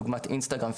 דוגמת אינסטגרם,